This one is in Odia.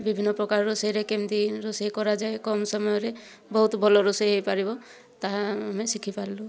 ବିଭିନ୍ନ ପ୍ରକାର ରୋଷେଇରେ କେମିତି ରୋଷେଇ କରାଯାଏ କମ୍ ସମୟରେ ବହୁତ ଭଲ ରୋଷେଇ ହୋଇପାରିବ ତାହା ଆମେ ଶିଖିପାରିଲୁ